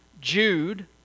Jude